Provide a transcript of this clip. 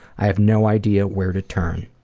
i have no idea where to turn.